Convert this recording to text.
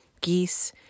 geese